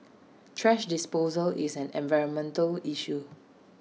thrash disposal is an environmental issue